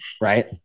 Right